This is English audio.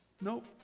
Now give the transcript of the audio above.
Nope